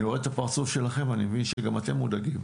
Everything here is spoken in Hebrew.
אני רואה את הפרצוף שלכם ואני מבין שגם אתם מודאגים.